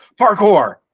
parkour